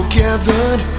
gathered